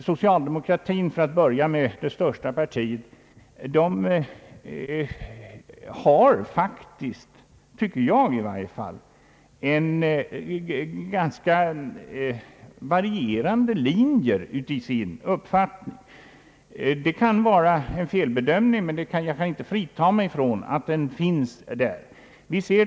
Socialdemokratin, för att hålla sig till det största partiet, har i varje fall enligt min mening en ganska varierande linje i sin uppfattning. Det kan vara en felbedömning, men jag kan inte frigöra mig från att det är så.